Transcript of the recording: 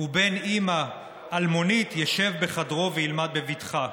ובן אימא אלמונית ישב בחדרו וילמד בבטחה,